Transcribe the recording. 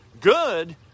Good